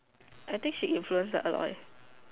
I think she influenced by Aloy